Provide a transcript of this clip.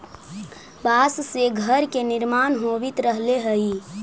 बाँस से घर के निर्माण होवित रहले हई